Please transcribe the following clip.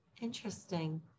interesting